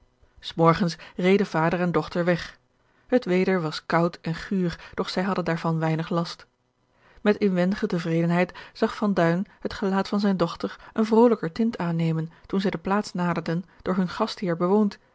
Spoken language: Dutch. s morgens reden vader en dochter weg het weder was koud en guur doch zij hadden daarvan weinig last met inwendige tevredenheid zag van duin het gelaat van zijne dochter een vrolijker tint aannemen toen zij de plaats naderden door hun gastheer bewoond